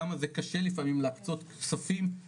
כמה זה קשה לפעמים להקצות כספים,